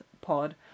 Pod